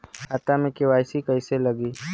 खाता में के.वाइ.सी कइसे लगी?